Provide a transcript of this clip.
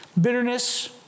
Bitterness